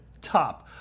top